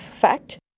fact